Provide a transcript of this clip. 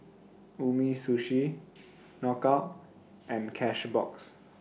Umisushi Knockout and Cashbox